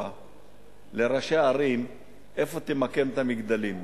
לראשי הערים איפה למקם את המגדלים,